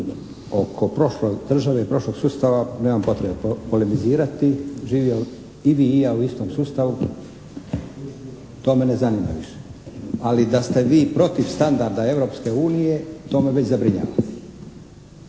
oko prošle države i prošlog sustava nemam potrebe polemizirati. Živio i vi ja u istom sustavu, to me ne zanima više. Ali da ste vi protiv standarda Europske unije, to me već zabrinjava.